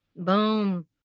Boom